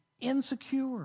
Insecure